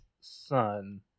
son